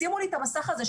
שימו לי את המסך הזה,